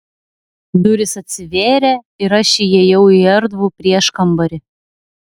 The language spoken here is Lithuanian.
durys atsivėrė ir aš įėjau į erdvų prieškambarį